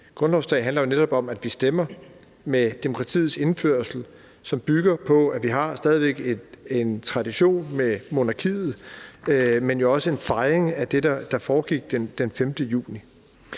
grundlovsdag handler jo netop om, at vi stemmer i kraft af demokratiets indførelse, som bygger på, at vi stadig væk har en tradition med monarkiet, men jo også har en fejring af det, der foregik den 5. juni.